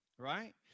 right